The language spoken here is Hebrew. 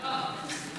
לא.